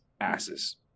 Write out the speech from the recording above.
asses